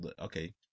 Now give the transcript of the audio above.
okay